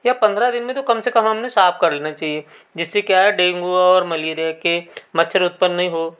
या पंद्रह दिन में तो कम से कम हमने साफ़ कर लेना चहिए जिससे क्या है डेंगू और मलेरिया के मच्छर उत्पन्न नहीं हो